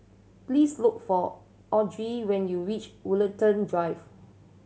please look for Autry when you reach Woollerton Drive